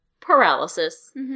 Paralysis